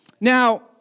Now